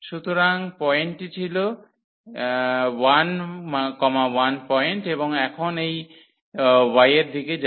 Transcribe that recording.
সুতরাং পয়েন্টটি ছিল 11 পয়েন্ট এবং এখন এই y এর দিকে যায়